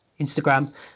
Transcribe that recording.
Instagram